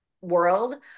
world